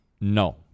no